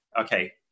okay